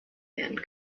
werden